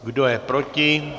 Kdo je proti?